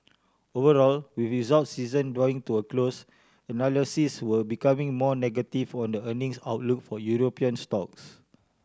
overall with results season drawing to a close analysts were becoming more negative were the earnings outlook for European stocks